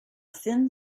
thin